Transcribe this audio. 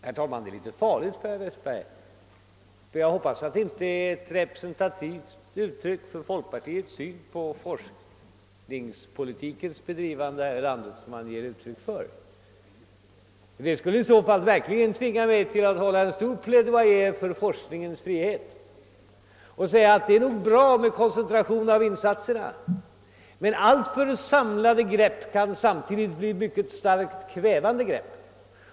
Herr talman! Herr Westbergs senaste resonemang är litet farligt för honom. Jag hoppas att det inte är ett representativt uttryck för folkpartiets syn på forskningspolitikens bedrivande här i landet, ty det skulle i så fall verkligen tvinga mig att hålla en stor plaidoyer för forskningens frihet och säga att det är nog bra med koncentration av insatserna men alltför samlade grepp kan samtidigt bli mycket starkt kvävande Srepp.